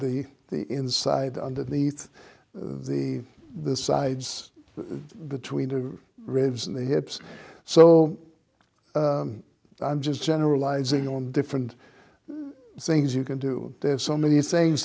the the inside underneath the the sides between the ribs and the hips so i'm just generalizing on different things you can do there are so many sayings